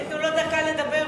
תנו לו דקה לדבר,